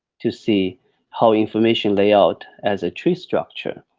to see how information layout as a tree structure.